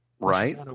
Right